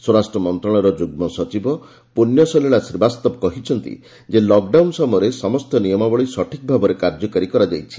ସ୍ୱରାଷ୍ଟ୍ର ମନ୍ତ୍ରଶାଳୟ ଯୁଗ୍ମ ସଚିବ ପୁଣ୍ୟ ସଲୀଳା ଶ୍ରୀବାସ୍ତବ କହିଛନ୍ତି ଯେ ଲକ୍ଡାଉନ୍ ସମୟରେ ସମସ୍ତ ନିୟମାବଳୀ ସଠିକ୍ ଭାବରେ କାର୍ଯ୍ୟକାରୀ କରାଯାଇଛି